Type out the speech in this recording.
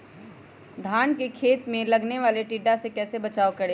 धान के खेत मे लगने वाले टिड्डा से कैसे बचाओ करें?